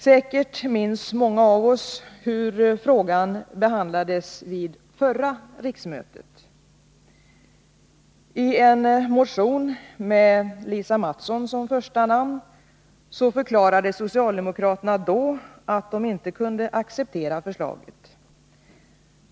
Säkerligen minns många av oss hur frågan behandlades vid förra riksmötet. I en motion med Lisa Mattson som första namn förklarade socialdemokraterna då att de inte kunde acceptera förslaget.